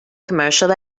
commercial